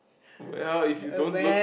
well if you don't look